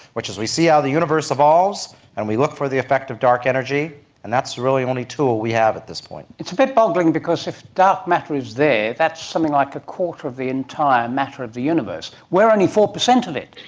which as we see how the universe evolves and we look for the effect of dark energy and that's really the only tool we have at this point. it's a bit boggling because if dark matter is there that's something like a quarter of the entire matter of the universe. we are only four percent of it.